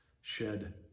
shed